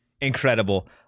incredible